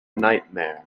nightmare